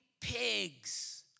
pigs